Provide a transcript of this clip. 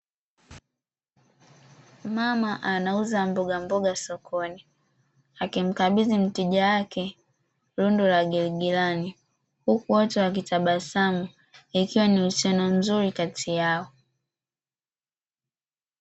Mama anauza mboga mboga sokoni, akimkabidhi mteja wake rundo la giligilani huku wote wakitabasamu ikiwa ni uhusiano mzuri kati yao.